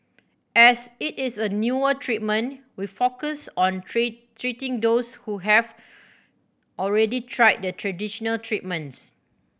as it is a newer treatment we focus on treating those who have already tried the traditional treatments